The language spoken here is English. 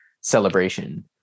celebration